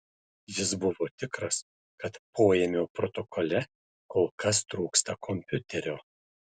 jis buvo tikras kad poėmio protokole kol kas trūksta kompiuterio